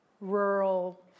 rural